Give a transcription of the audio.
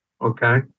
okay